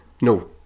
No